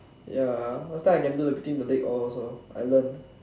ya last time I can do the between the leg all also I learn